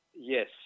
Yes